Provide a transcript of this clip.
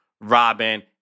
Robin